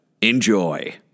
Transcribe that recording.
Enjoy